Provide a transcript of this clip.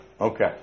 Okay